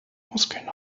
muskeln